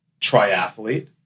triathlete